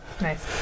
Nice